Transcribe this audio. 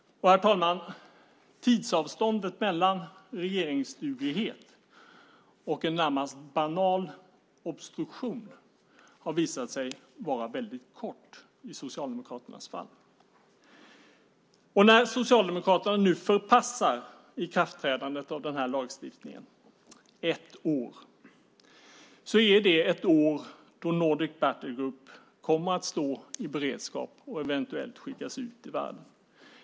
Herr talman! Tidsavståndet mellan regeringsduglighet och en närmast banal obstruktion har visat sig vara väldigt kort i Socialdemokraternas fall. Socialdemokraterna förpassar ikraftträdandet av den här lagstiftningen ett år framåt. Det är ett år då Nordic Battle Group kommer att stå i beredskap och eventuellt skickas ut i världen.